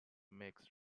mixed